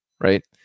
right